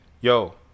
Yo